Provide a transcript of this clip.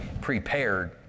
prepared